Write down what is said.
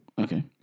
Okay